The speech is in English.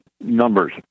numbers